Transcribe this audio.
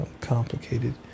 complicated